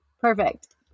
Perfect